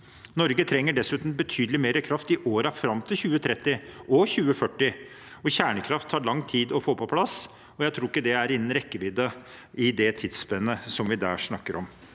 Norge vil dessuten trenge betydelig mer kraft i årene fram til 2030 og 2040, og kjernekraft tar lang tid å få på plass. Jeg tror ikke det er innen rekkevidde i det tidsspennet vi snakker om.